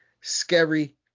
Scary